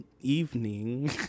evening